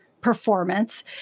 performance